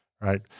right